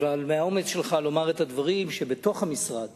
אלא מהאומץ שלך לומר את הדברים שבתוך המשרד